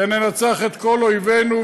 וננצח את כל אויבינו,